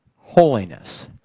Holiness